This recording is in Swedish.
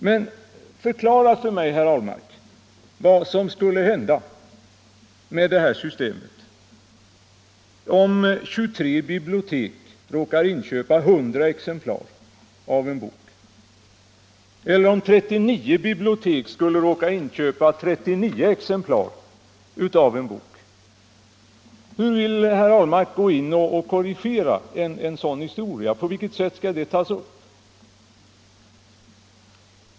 Men förklara för mig, herr Ahlmark, vad som skulle hända med det här systemet om 23 bibliotek råkar inköpa 100 exemplar av en bok eller om 39 råkar inköpa 39 exemplar av en bok. Hur vill herr Ahlmark gå in och korrigera en sådan sak? På vilket sätt skall det tas upp?